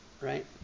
right